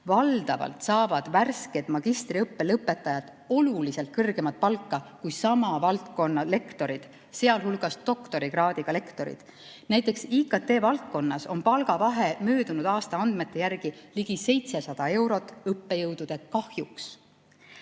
Valdavalt saavad värsked magistriõppe lõpetajad oluliselt kõrgemat palka kui sama valdkonna lektorid, sealhulgas doktorikraadiga lektorid. Näiteks IKT‑valdkonnas on palgavahe möödunud aasta andmete järgi ligi 700 eurot õppejõudude kahjuks.